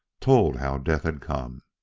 told how death had come.